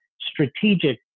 strategic